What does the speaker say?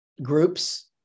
Groups